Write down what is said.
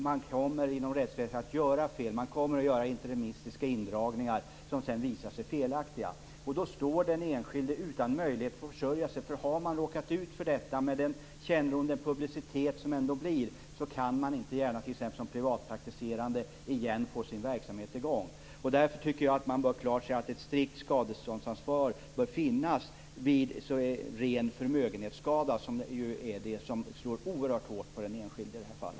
Man kommer att göra fel inom rättsväsendet och man kommer att göra interimistiska indragningar som senare visar sig vara felaktiga. Då står den drabbade utan möjlighet att försörja sig. Har man råkat ut för detta och för all publicitet som det medför kan man inte t.ex. som privatpraktiserande få i gång sin verksamhet igen. Därför bör man införa ett strikt skadeståndsansvar vid ren förmögenhetsskada, som är det som slår oerhört hårt mot den enskilde.